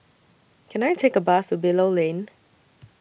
Can I Take A Bus to Bilal Lane